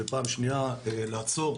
ופעם אחת לעצור,